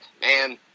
Man